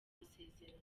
masezerano